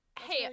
hey